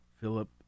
Philip